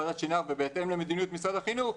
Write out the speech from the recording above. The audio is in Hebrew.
ועדת שנהר ובהתאם למדיניות משרד החינוך,